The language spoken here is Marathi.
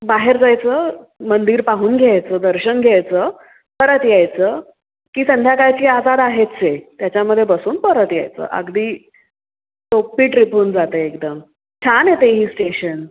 बाहेर जायचं मंदिर पाहून घ्यायचं दर्शन घ्यायचं परत यायचं की संध्याकाळची आजाद आहेच आहे त्याच्यामध्ये बसून परत यायचं अगदी सोपी ट्रीप होऊन जाते एकदम छान येते ही स्टेशन